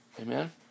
Amen